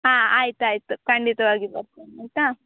ಹಾಂ ಆಯ್ತು ಆಯಿತು ಖಂಡಿತವಾಗಿ ಬರ್ತೇನೆ ಆಯಿತಾ